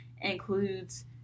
includes